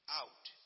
out